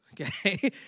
okay